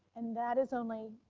and that is only,